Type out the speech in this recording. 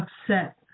upset